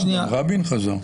רבין חזר.